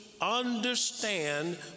understand